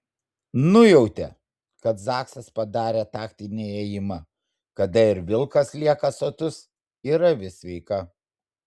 nujautė kad zaksas padarė taktinį ėjimą kada ir vilkas lieka sotus ir avis sveika